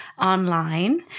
online